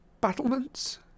battlements